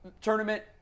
tournament